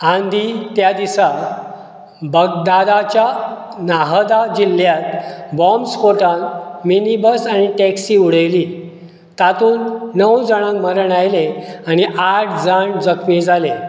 आंदीं त्या दिसा बगदादाच्या नाहदा जिल्ल्यांत बॉम्बस्फोटान मिनीबस आनी टॅक्सी उडयली तातूंत णव जाणांक मरण आयलें आनी आठ जाण जखमी जाले